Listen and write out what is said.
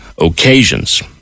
occasions